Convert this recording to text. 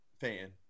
fan